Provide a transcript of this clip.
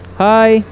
hi